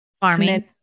Farming